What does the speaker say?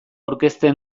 aurkeztu